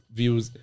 views